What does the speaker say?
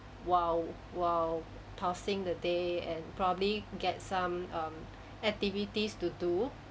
while while tossing the day and probably get some um activities to do